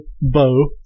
bow